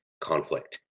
conflict